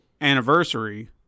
anniversary